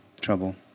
trouble